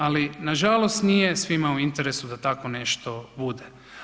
Ali, nažalost nije svima u interesu da tako nešto bude.